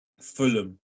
Fulham